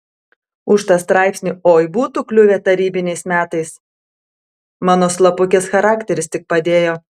už tą straipsnį oi būtų kliuvę tarybiniais metais mano slapukės charakteris tik padėjo